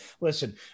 Listen